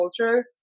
culture